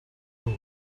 dur